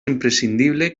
imprescindible